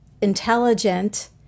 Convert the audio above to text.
intelligent